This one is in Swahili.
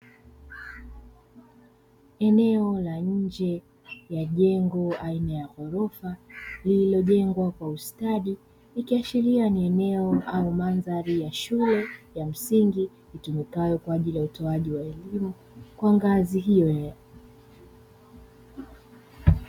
Eneo la nje ya jengo aina ya ghorofa lililojengwa kwa ustadi ikiashiria ni eneo au mandhari ya shule ya msingi, itumikayo kwa ajili ya utoaji wa elimu kwa ngazi hiyo.